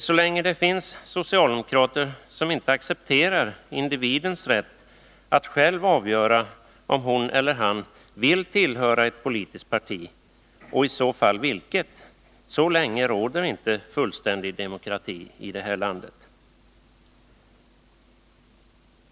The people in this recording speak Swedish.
Så länge det finns socialdemokrater som inte accepterar individens rätt att själv avgöra om hon eller han vill tillhöra ett politiskt parti, och i så fall vilket, så länge råder inte fullständig demokrati här i landet.